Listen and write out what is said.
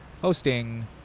hosting